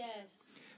yes